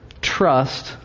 trust